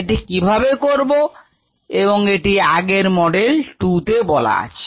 এটি কিভাবে করব এবং এটি আগের মডেল 2 তে বলা আছে